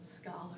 Scholar